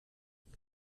خیلی